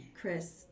Chris